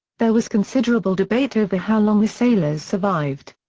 there was considerable debate over how long the sailors survived.